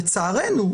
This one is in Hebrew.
לצערנו,